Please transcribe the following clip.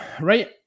right